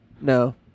No